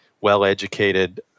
well-educated